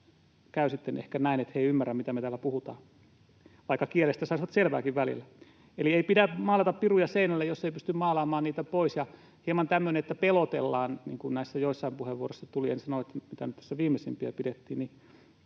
ehkä näin, että he eivät ymmärrä, mitä me täällä puhutaan — vaikka kielestä saisivat selvääkin välillä. Eli ei pidä maalata piruja seinille, jos ei pysty maalaamaan niitä pois. Ja tämmöiseen, että hieman pelotellaan, niin kuin näissä joissain puheenvuoroissa tuli, en sano, että näissä viimeisimmissä, mitä pidettiin: